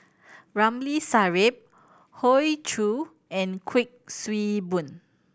Ramli Sarip Hoey Choo and Kuik Swee Boon